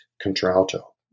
contralto